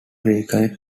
reconnect